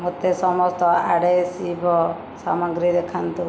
ମୋତେ ସମସ୍ତ ଆଡେସିଭ୍ ସାମଗ୍ରୀ ଦେଖାନ୍ତୁ